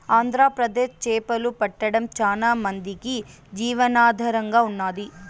ఆంధ్రప్రదేశ్ చేపలు పట్టడం చానా మందికి జీవనాధారంగా ఉన్నాది